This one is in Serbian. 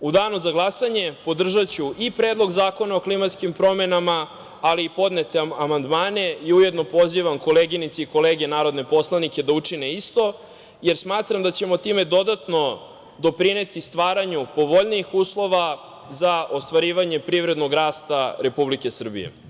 U danu za glasanje podržaću i Predlog zakona o klimatskim promenama, ali i podnete amandmane i ujedno pozivam koleginice i kolege narodne poslanike da učine isto, jer smatram da ćemo time dodatno doprineti stvaranju povoljnijih uslova za ostvarivanje privrednog rasta Republike Srbije.